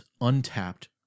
untapped